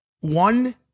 one